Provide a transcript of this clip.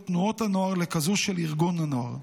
תנועות הנוער לכאלה של ארגון הנוער.